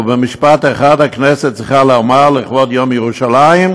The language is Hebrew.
ובמשפט אחד: הכנסת צריכה לומר, לכבוד יום ירושלים,